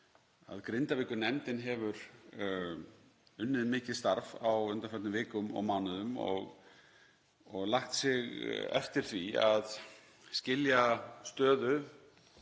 Grindavíkurnefndin hefur unnið mikið starf á undanförnum vikum og mánuðum og lagt sig eftir því að skilja stöðu